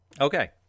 Okay